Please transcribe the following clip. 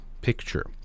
picture